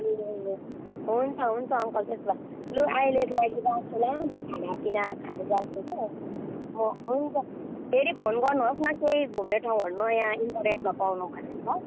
ए हुन्छ हुन्छ अङ्कल त्यसो भए लु अहिलेको लागि राखेँ ल म खानापिना खानु जान्छु कि म हुन्छ फेरि फोन गर्नुहोस् न केही घुम्ने ठाउँहरू नयाँ इन्टरनेटमा पाउनु भयो भने ल